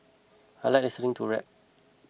I like listening to rap